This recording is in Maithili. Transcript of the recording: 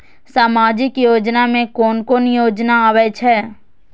सामाजिक योजना में कोन कोन योजना आबै छै?